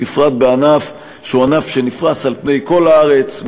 בפרט בענף שנפרס על פני כל הארץ,